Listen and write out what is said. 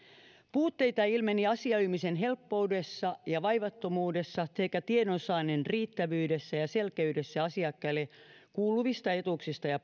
puutteita ilmeni asioimisen helppoudessa ja vaivattomuudessa sekä tiedonsaannin riittävyydessä ja selkeydessä asiakkaille kuuluvien etuuksien ja